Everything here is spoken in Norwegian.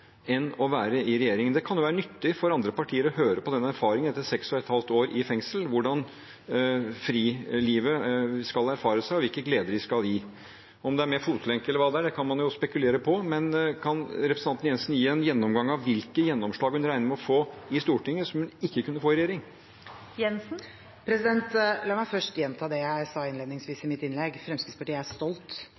enn ved å være i regjering? Det kan være nyttig for andre partier å høre om den erfaringen etter seks og et halvt år i fengsel, hvordan fri-livet skal erfares, og hvilke gleder det skal gi – om det er med fotlenke eller hva det er, kan man jo spekulere på. Kan representanten Jensen gi en gjennomgang av hvilke gjennomslag hun regner med å få i Stortinget som hun ikke kunne fått i regjering? La meg først gjenta det jeg sa innledningsvis i mitt innlegg: Fremskrittspartiet er stolt